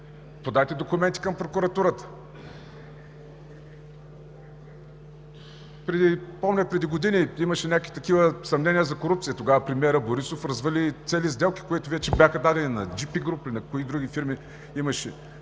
подайте документи към прокуратурата! Помня, преди години имаше някакви такива съмнения за корупция – тогава премиерът Борисов развали цели сделки, които вече бяха дадени на Джи Пи Груп ли, на кои други фирми. Има